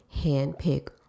handpick